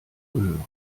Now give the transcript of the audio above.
gehören